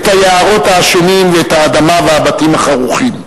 את היערות העשנים ואת האדמה והבתים החרוכים.